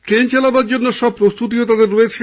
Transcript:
train চালানোর জন্য সব প্রস্তুতিও তাদের রয়েছে